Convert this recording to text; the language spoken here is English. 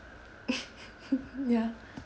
ya